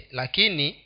lakini